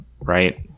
right